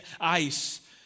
ice